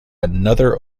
another